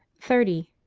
thirty.